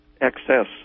excess